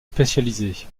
spécialisée